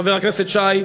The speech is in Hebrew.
חבר הכנסת שי,